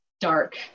dark